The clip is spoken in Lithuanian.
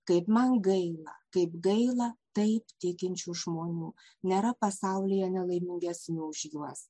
kaip man gaila kaip gaila taip tikinčių žmonių nėra pasaulyje nelaimingesnių už juos